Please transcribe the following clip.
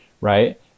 Right